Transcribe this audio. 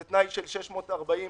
אם ככה אז תשאיר רק את סעיף (1),